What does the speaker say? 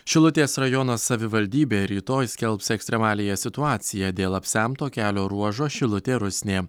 šilutės rajono savivaldybė rytoj skelbs ekstremaliąją situaciją dėl apsemto kelio ruožo šilutė rusnė